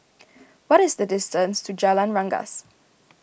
what is the distance to Jalan Rengas